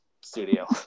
studio